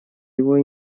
его